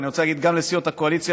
ואני רוצה להגיד גם לסיעות הקואליציה